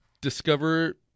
discover